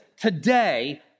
Today